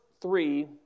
three